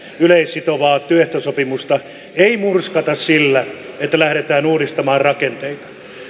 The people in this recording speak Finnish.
yleissitovaa työehtosopimusta ei murskata sillä että lähdetään uudistamaan rakenteita